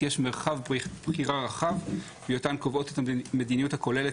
יש מרחב בחירה רחב בהיותן קובעות את המדיניות הכוללת